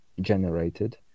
generated